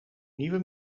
nieuwe